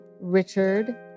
Richard